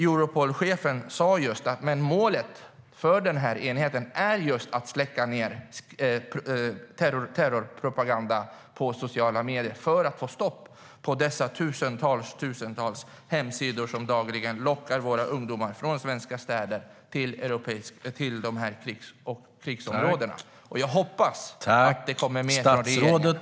Europolchefen sa dock att målet för den här enheten just är att släcka ned terrorpropaganda på sociala medier för att få stopp på dessa tusentals hemsidor som dagligen lockar våra ungdomar från svenska städer till dessa krigsområden. Jag hoppas att det kommer mer från regeringen.